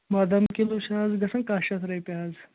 بادام کِلوٗ چھِ اَز گژھان کاہ شَتھ رۄپیہِ حظ